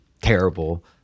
terrible